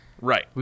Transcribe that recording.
Right